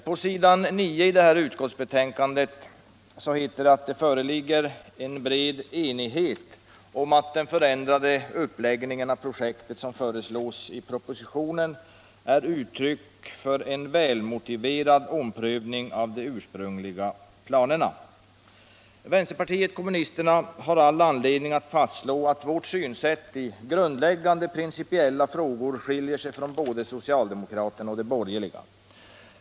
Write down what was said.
På s. 9 i näringsutskottets betänkande nr 72 heter det att ”det föreligger en bred enighet om att den förändrade uppläggningen av projektet som föreslås i propositionen är uttryck för en välmotiverad omprövning av de ursprungliga planerna”. Vänsterpartiet kommunisterna har all anledning att slå fast att vårt synsätt i grundläggande principiella frågor skiljer sig från både socialdemokraternas och de borgerligas.